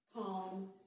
calm